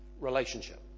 Relationship